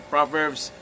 Proverbs